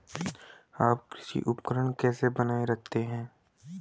आप कृषि उपकरण कैसे बनाए रखते हैं?